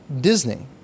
Disney